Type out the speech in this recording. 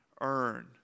earn